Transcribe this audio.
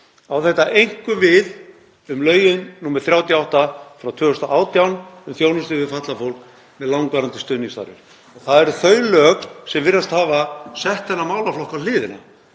Á þetta einkum við um lögin nr. 38/2018 um þjónustu við fatlað fólk með langvarandi stuðningsþarfir.“ Það eru þau lög sem virðast hafa sett þennan málaflokk á hliðina.